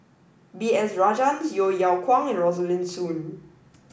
B S Rajhans Yeo Yeow Kwang and Rosaline Soon